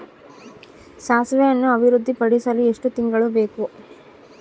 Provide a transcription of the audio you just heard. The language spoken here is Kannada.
ಸಾಸಿವೆಯನ್ನು ಅಭಿವೃದ್ಧಿಪಡಿಸಲು ಎಷ್ಟು ತಿಂಗಳು ಬೇಕು?